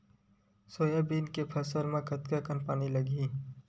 Soybean के फसल बर कतेक कन पानी लगही?